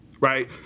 Right